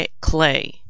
clay